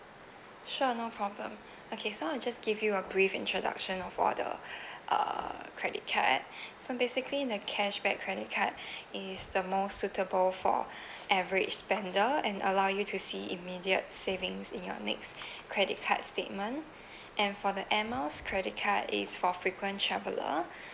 sure no problem okay so I'll just give you a brief introduction of all the uh credit card so basically the cashback credit card is the most suitable for average spender and allow you to see immediate savings in your next credit card statement and for the airmiles credit card is for frequent traveller